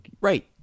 Right